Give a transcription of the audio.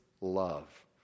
love